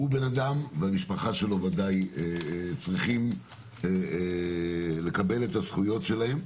הוא בן אדם והמשפחה שלו ודאי צריכים לקבל את הזכויות שלהם.